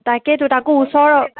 তাকেইটো তাকো ওচৰত